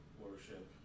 worship